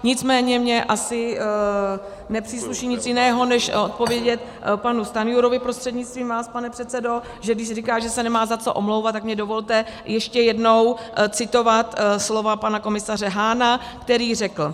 Nicméně mně asi nepřísluší nic jiného, než odpovědět panu Stanjurovi prostřednictvím vás, pane předsedo, že když říká, že se nemá za co omlouvat, tak mně dovolte ještě jednou citovat slova pana komisaře Hahna, který řekl: